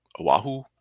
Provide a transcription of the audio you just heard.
Oahu